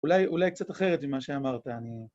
אולי קצת אחרת ממה שאמרת, אני...